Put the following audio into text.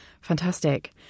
fantastic